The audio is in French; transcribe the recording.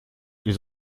ils